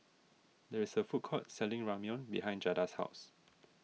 there is a food court selling Ramyeon behind Jada's house